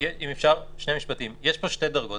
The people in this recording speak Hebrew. יש פה שתי דרגות.